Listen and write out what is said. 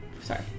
Sorry